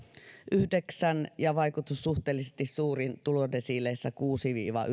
yhdeksän ja vaikutus on suhteellisesti suurin tulodesiileissä kuudessa viiva